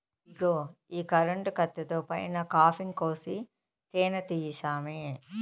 ఇగో ఈ కరెంటు కత్తితో పైన కాపింగ్ కోసి తేనే తీయి సామీ